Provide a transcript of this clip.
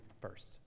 first